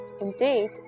Indeed